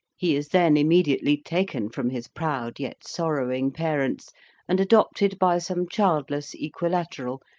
he is then immediately taken from his proud yet sorrowing parents and adopted by some childless equilateral,